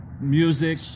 music